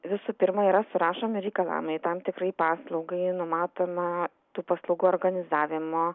visų pirma yra surašomi reikalavimai tam tikrai paslaugai numatoma tų paslaugų organizavimo